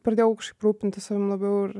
pradėjau kažkaip rūpintis savim labiau ir